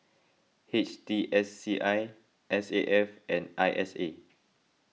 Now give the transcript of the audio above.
H T S C I S A F and I S A